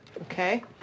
okay